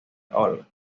hole